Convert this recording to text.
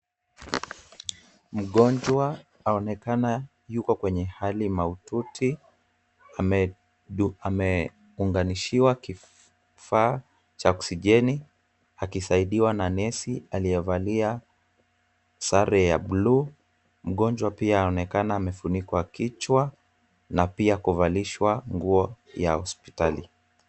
Mgonjwa anaonekana yuko kwenye hali mahututi. Ameunganishiwa kifaa cha oksijeni akisaidiwa na nesi aliyevalia sare ya blue . Mgonjwa pia anaonekana amefunikwa kichwa na pia kuvalishwa nguo ya hospitali.